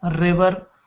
river